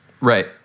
right